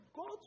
go